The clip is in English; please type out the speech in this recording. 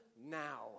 now